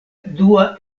dua